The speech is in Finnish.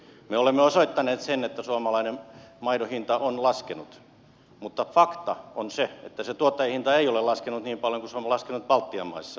me olemme osoittaneet sen että suomalainen maidon hinta on laskenut mutta fakta on se että se tuottajahinta ei ole laskenut niin paljon kuin se on laskenut baltian maissa